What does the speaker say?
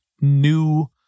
new